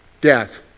death